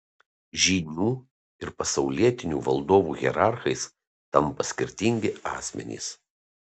žynių ir pasaulietinių valdovų hierarchais tampa skirtingi asmenys